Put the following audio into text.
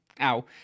ow